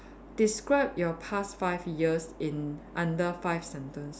describe your past five years in under five sentence